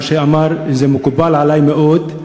מה שהוא אמר מקובל עלי מאוד.